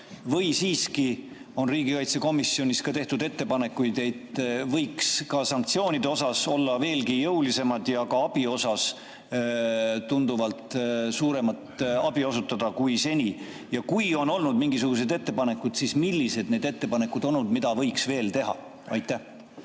Või siiski on riigikaitsekomisjonis tehtud ettepanekuid, et sanktsioonid võiksid olla veelgi jõulisemad ja abi osutada tunduvalt rohkem kui seni? Ja kui on olnud mingisuguseid ettepanekuid, siis millised need ettepanekud on olnud, mida võiks veel teha? Aitäh,